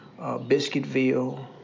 Biscuitville